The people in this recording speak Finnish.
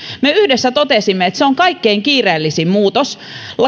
me yhdessä totesimme että se on kaikkein kiireellisin muutos